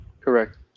Correct